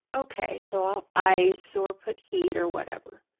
okay, so i'll ice or put heat or whatever.